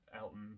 Elton